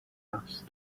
asked